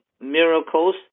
miracles